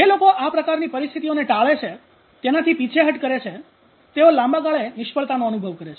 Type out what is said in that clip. જે લોકો આ પ્રકારની પરિસ્થિતિઓને ટાળે છે તેનાથી પીછેહઠ કરે છે તેઓ લાંબા ગાળે નિષ્ફળતાનો અનુભવ કરે છે